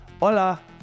Hola